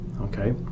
okay